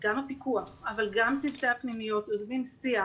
גם הפיקוח אבל גם צוותי הפנימיות יוזמים שיח